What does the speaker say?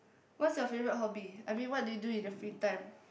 what's your favourite hobby I mean what do you do in your free time